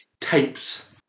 tapes